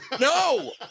no